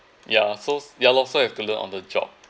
ya so yeah lor so have to learn on the job